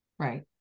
Right